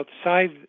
outside